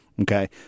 Okay